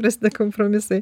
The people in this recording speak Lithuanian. prasideda kompromisai